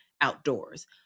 outdoors